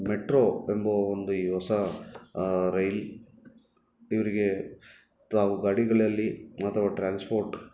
metro ಎಂಬುವ ಒಂದು ಈ ಹೊಸ ರೈಲ್ ಇವರಿಗೆ ತಾವು ಗಾಡಿಗಳಲ್ಲಿ ಅಥವಾ ಟ್ರಾನ್ಸ್ಪೋಟ್